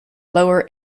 lower